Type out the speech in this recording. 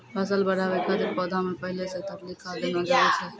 फसल बढ़ाबै खातिर पौधा मे पहिले से तरली खाद देना जरूरी छै?